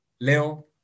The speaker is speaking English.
Leo